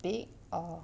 big or